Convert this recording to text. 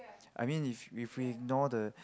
I mean if if he ignore the